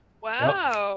Wow